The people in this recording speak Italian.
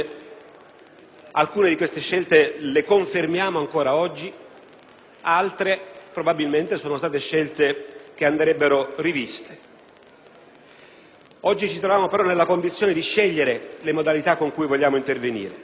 coraggiose, alcune le confermiamo ancora oggi, altre probabilmente andrebbero riviste. Oggi ci troviamo però nella condizione di scegliere le modalità con cui vogliamo intervenire.